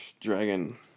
dragon